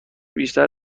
بیشتر